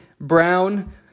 Brown